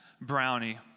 brownie